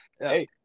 hey